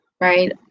right